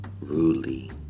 rudely